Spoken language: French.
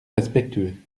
respectueux